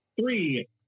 three